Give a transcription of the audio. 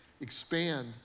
expand